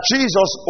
Jesus